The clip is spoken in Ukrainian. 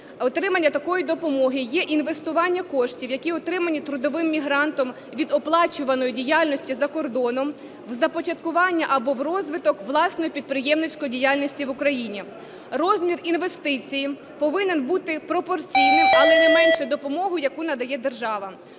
отримання такої допомоги є інвестування коштів, які отримані трудовим мігрантом від оплачуваної діяльності за кордоном, у започаткування або в розвиток власної підприємницької діяльності в Україні. Розмір інвестиції повинен бути пропорційним, але не менше допомоги, яку надає держава.